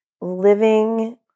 living